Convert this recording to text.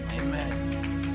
amen